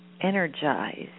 energized